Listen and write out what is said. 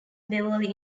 beverley